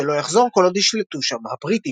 שלא יחזור כל עוד יישלטו שם הבריטים.